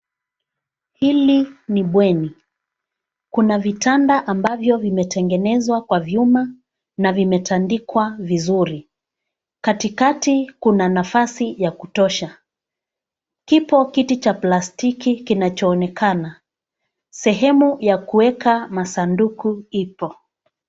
Hili ni bweni. Kuna vitanda ambavyo vimetengenezwa kwa vyuma na vimetandikwa vizuri. Katikati kuna nafasi ya kutosha. Kipo kiti cha plastiki kinachoonekana. Sehemu ya kuweka masanduku ipo.